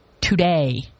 today